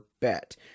bet